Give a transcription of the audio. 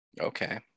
Okay